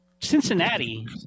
Cincinnati